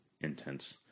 intense